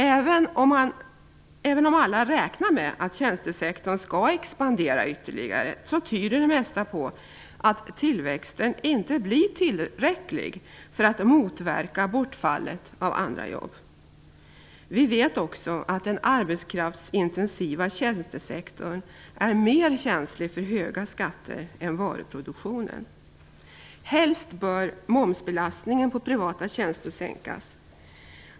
Även om alla räknar med att tjänstesektorn skall expandera ytterligare tyder det mesta på att tillväxten inte blir tillräcklig för att motverka bortfallet av andra jobb. Vi vet också att den arbetskraftsintensiva tjänstesektorn är mer känslig för höga skatter än varuproduktionen. Helst bör momsbelastningen på privata tjänster minskas.